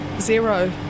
Zero